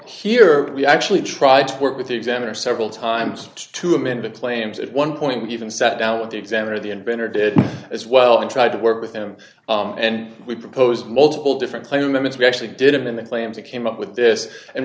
here we actually tried to work with the examiner several times to amend the claims at one point even sat down with the examiner the inventor did as well and tried to work with him and we proposed multiple different claimants we actually did it in the claims he came up with this and